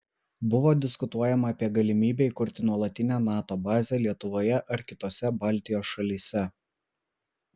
buvo diskutuojama apie galimybę įkurti nuolatinę nato bazę lietuvoje ar kitose baltijos šalyse